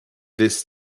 this